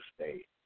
state